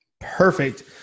perfect